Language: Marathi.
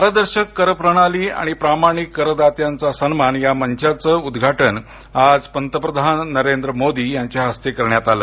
पारदर्शक करप्रणाली आणि प्रामाणिक करदात्यांचा सन्मान या मंचाचं उद्घाटन आज पंतप्रधान नरेंद्र मोदी यांच्या हस्ते करण्यात आलं